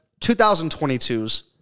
2022s